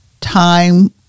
time